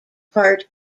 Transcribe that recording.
part